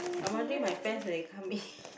I'm wondering my friends when they come in